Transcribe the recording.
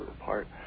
apart